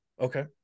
Okay